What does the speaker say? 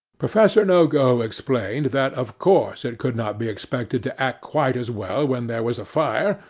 professor nogo explained that of course it could not be expected to act quite as well when there was a fire,